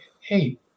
hey